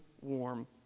warm